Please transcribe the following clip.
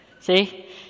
See